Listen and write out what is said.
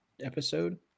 episode